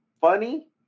funny